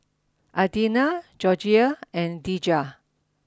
Adina Georgiann and Dejah